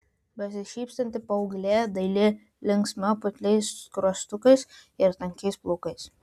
besišypsanti paauglė daili linksma putliais skruostukais ir tankiais plaukais